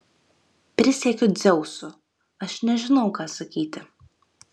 prisiekiu dzeusu aš nežinau ką sakyti